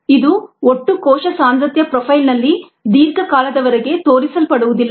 ಇದು ಒಟ್ಟು ಕೋಶ ಸಾಂದ್ರತೆಯ ಪ್ರೊಫೈಲ್ನಲ್ಲಿ ದೀರ್ಘಕಾಲದವರೆಗೆ ತೋರಿಸಲ್ಪಡುವುದಿಲ್ಲ